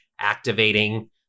activating